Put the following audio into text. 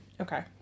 Okay